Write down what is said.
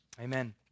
Amen